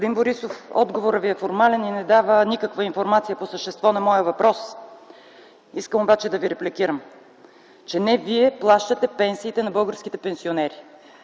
Господин Борисов, отговорът Ви е формален и не дава никаква информация по същество на моя въпрос. Искам обаче да Ви репликирам, че не Вие плащате пенсиите на българските пенсионери